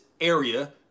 area